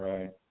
Right